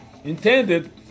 intended